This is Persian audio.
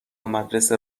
مدرسه